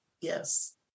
Yes